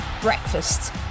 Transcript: breakfast